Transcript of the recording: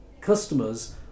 customers